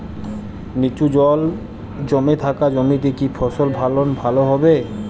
নিচু জল জমে থাকা জমিতে কি ফসল ফলন ভালো হবে?